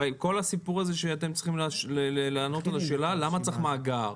הרי כל הסיפור הזה שאתם צריכים לענות על השאלה למה צריך מאגר,